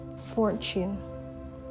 fortune